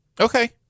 Okay